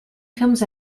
comes